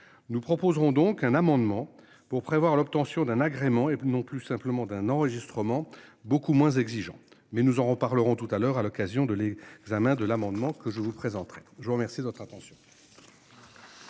Nous proposerons donc un amendement pour prévoir l'obtention d'un agrément et non plus simplement d'un enregistrement beaucoup moins exigeant mais nous en reparlerons tout à l'heure à l'occasion de les examens de l'amendement que je vous présenterai. Je vous remercie de votre attention.